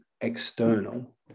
external